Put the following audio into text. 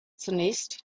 zunächst